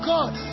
God